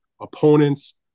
opponents